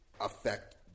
affect